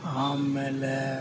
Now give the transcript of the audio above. ಆಮೇಲೆ